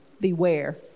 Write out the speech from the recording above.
beware